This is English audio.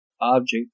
object